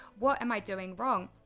what am i doing wrong?